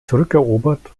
zurückerobert